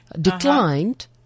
declined